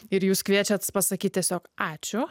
ir jūs kviečiat pasakyt tiesiog ačiū